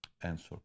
Answer